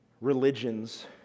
religions